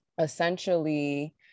essentially